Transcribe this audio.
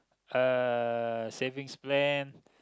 uh savings plan